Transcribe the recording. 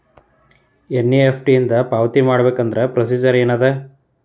NEFT ಇಂದ ಪಾವತಿ ಮಾಡಬೇಕಂದ್ರ ಪ್ರೊಸೇಜರ್ ಏನದ